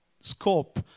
scope